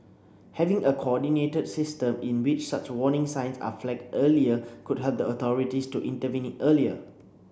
having a coordinated system in which such warning signs are flagged earlier could help the authorities to intervene earlier